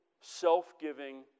self-giving